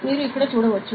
మీరు ఇక్కడ చూడవచ్చు